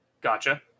Gotcha